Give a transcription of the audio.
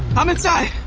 i'm inside!